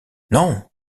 non